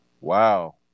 wow